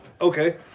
Okay